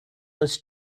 was